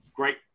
great